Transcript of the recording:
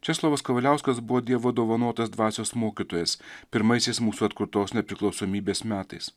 česlovas kavaliauskas buvo dievo dovanotas dvasios mokytojas pirmaisiais mūsų atkurtos nepriklausomybės metais